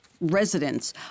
residents